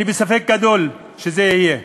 אני בספק גדול שזה יהיה.